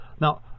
Now